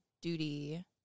duty